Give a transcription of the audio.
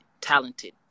talented